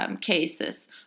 Cases